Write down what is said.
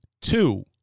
two